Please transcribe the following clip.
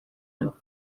nous